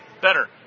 better